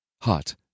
Hot